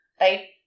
Right